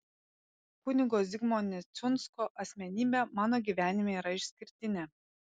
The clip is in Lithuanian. kunigo zigmo neciunsko asmenybė mano gyvenime yra išskirtinė